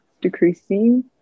decreasing